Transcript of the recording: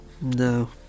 No